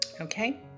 Okay